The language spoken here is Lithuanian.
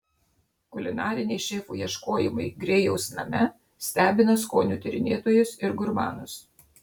kulinariniai šefų ieškojimai grėjaus name stebina skonių tyrinėtojus ir gurmanus